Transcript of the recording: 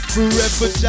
Forever